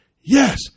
Yes